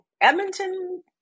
Edmonton